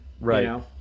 Right